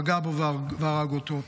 פגע בו והרג אותו,